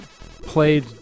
played